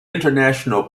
international